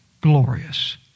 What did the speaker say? glorious